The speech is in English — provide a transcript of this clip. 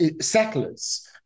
settlers